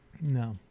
No